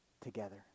together